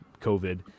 COVID